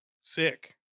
Sick